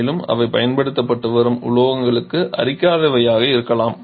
மேலும் அவை பயன்படுத்தப்பட்டு வரும் உலோகங்களுக்கும் அரிக்காதவையாக இருக்க வேண்டும்